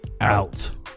out